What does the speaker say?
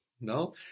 no